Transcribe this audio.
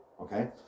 okay